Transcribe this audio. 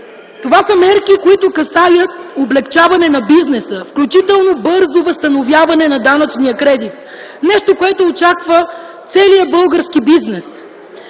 Това са мерки, които касаят облекчаване на бизнеса, включително бързо възстановяване на данъчния кредит – нещо, което очаква целия български бизнес.